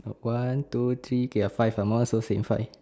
one two three K ya five amount so in five